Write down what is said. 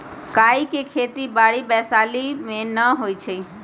काइ के खेति बाड़ी वैशाली में नऽ होइ छइ